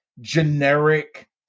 generic